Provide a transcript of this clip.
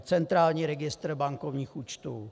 Centrální registr bankovních účtů.